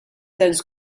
sens